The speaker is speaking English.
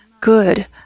good